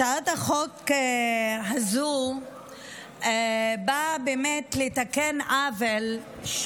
הצעת החוק הזו באה באמת לתקן עוול.